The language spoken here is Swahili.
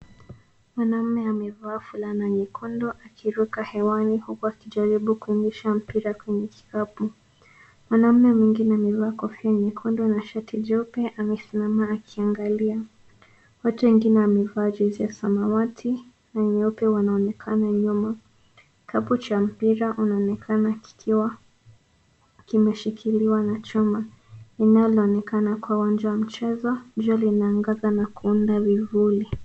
Mwanaume amevaa fulana nyekundu akiruka hewani huku akijaribu kuingisha mpira kwenye kikapu. Mwanaume mwingine amevaa kofia nyekundu na shati jeupe amesimama akiangalia. Watu wengine wamevaa jezi ya samawati na nyeupe wanaonekana nyuma. Kikapu cha mpira unaonekana kikiwa kimeshikiliwa na chuma. linaonekana kwa uwanja wa mchezo. Jua linaangaza kuunda vivuli.